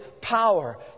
power